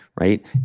right